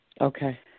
Okay